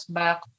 back